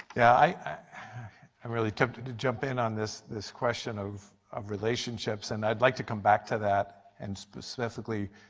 yeah i'm really tempted to jump in on this this question of of relationships and i would like to come back to that and specifically,